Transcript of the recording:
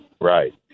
right